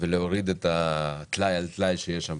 ולהוריד את הטלאי על טלאי שיש בתוכה.